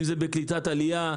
אם זה בקליטת עלייה,